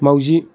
माउजि